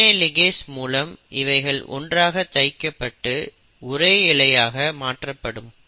DNA ligase மூலம் இவைகள் ஒன்றாக தைக்கப்பட்டு ஒரே இழையாக மாற்றப்படும்